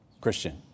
Christian